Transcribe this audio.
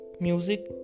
Music